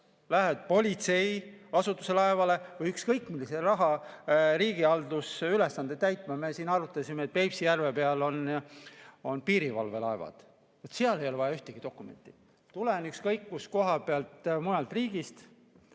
lähed politseiasutuse laevale või ükskõik millist riigihaldusülesannet täitvale laevale – me siin arutasime, et Peipsi järve peal on piirivalvelaevad –, siis seal ei ole vaja ühtegi dokumenti. Tulen ükskõik kust koha pealt, mujalt riigist,